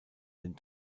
den